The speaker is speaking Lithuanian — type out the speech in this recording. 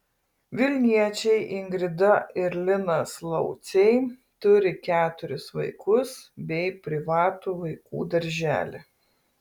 vilniečiai ingrida ir linas lauciai turi keturis vaikus bei privatų vaikų darželį